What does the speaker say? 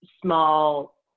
small